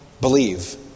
believe